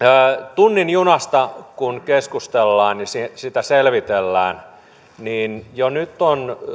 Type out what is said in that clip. tunnin junasta kun keskustellaan niin sitä selvitellään jo nyt on